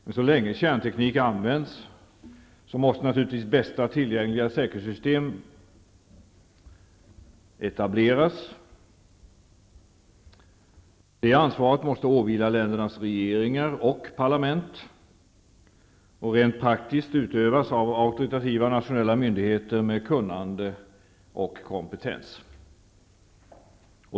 Men så länge kärnteknik används måste naturligvis bästa tillgängliga säkerhetssystem etableras. Det ansvaret måste åvila ländernas regeringar och parlament. Rent praktiskt måste det utövas av auktoritativa nationella myndigheter med kunnande och kompetens.